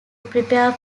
prepare